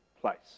place